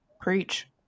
Preach